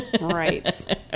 Right